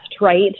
right